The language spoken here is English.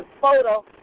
photo